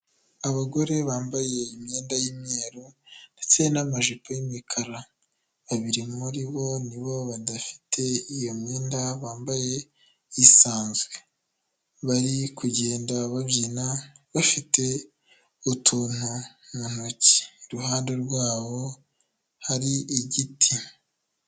Abagore bambaye imyenda y'imyeru ndetse n'amajipo y'imikara, babiri muri bo nibo badafite iyo myenda bambaye isanzwe, bari kugenda babyina bafite utuntu mu ntoki, iruhande rwabo hari igiti.